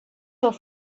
off